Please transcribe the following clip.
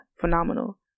phenomenal